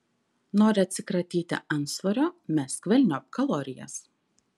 nori atsikratyti antsvorio mesk velniop kalorijas